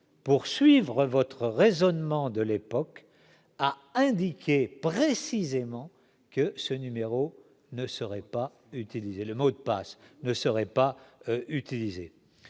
pour suivre votre raisonnement de l'époque a indiqué précisément que ce numéro ne serait pas utilisé le mot de passe, ne serait pas utilisées